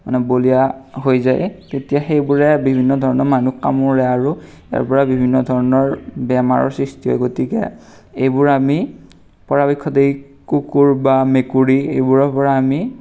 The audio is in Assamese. মানে বলিয়া হৈ যায় তেতিয়া সেইবোৰে বিভিন্ন ধৰণৰ মানুহ কামোৰে আৰু তাৰপৰা বিভিন্ন ধৰণৰ বেমাৰৰ সৃষ্টি হয় গতিকে এইবোৰ আমি পৰাপক্ষত এই কুকুৰ বা মেকুৰী এইবোৰৰ পৰা আমি